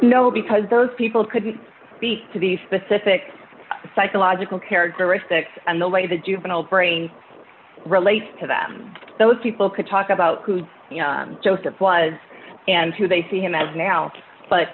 no because those people couldn't speak to the specific psychological characteristics and the way the juvenile brain relates to them those people could talk about joseph was and who they see him as now but